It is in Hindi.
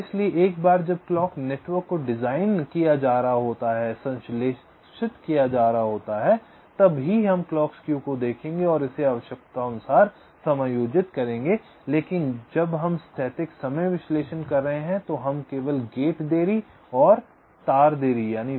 इसलिए एक बार जब क्लॉक नेटवर्क को डिज़ाइन किया जा रहा होता है संश्लेषित किया जा रहा होता है तब ही हम क्लॉक स्क्यू को देखेंगे और इसे आवश्यकतानुसार समायोजित करेंगे लेकिन जब हम स्थैतिक समय विश्लेषण कर रहे हैं तो हम केवल गेट देरी और वायर देरी को देखते हैं